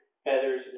Feathers